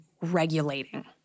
regulating